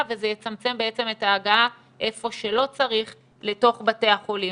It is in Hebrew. וזה יצמצם את ההגעה איפה שלא צריך לתוך בתי החולים.